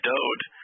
Dode